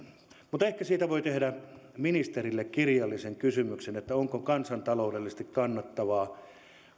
mutta ehkä siitä voi tehdä ministerille kirjallisen kysymyksen onko kansantaloudellisesti kannattavaa